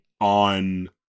On